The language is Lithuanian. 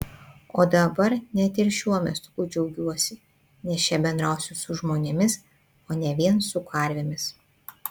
o dabar net ir šiuo miestuku džiaugiuosi nes čia bendrausiu su žmonėmis o ne vien su karvėmis